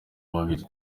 babiri